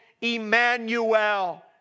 Emmanuel